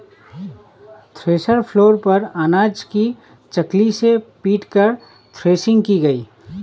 thresher floor पर अनाज को चकली से पीटकर थ्रेसिंग की गई